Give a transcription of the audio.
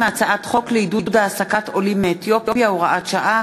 מהצעת חוק לעידוד העסקת עולים מאתיופיה (הוראת שעה),